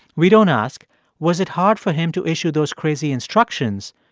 we don't ask was it hard for him to issue those crazy instructions?